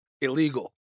illegal